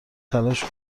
تلاش